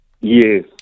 Yes